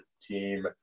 team